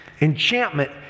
enchantment